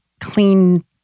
clean